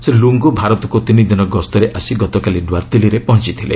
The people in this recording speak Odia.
ଶ୍ରୀ ଲୁଙ୍ଗୁ ଭାରତକୁ ତିନି ଦିନ ଗସ୍ତରେ ଆସି ଗତକାଲି ନୂଆଦିଲ୍ଲୀରେ ପହଞ୍ଚଥିଲେ